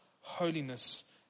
holiness